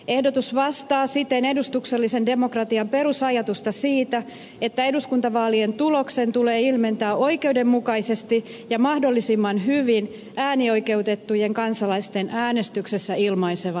ehdotus vastaa siten edustuksellisen demokratian perusajatusta siitä että eduskuntavaalien tuloksen tulee ilmentää oikeudenmukaisesti ja mahdollisimman hyvin äänioikeutettujen kansalaisten äänestyksessä ilmaisemaa tahtoa